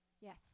Yes